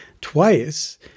twice